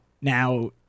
Now